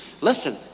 listen